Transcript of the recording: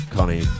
Connie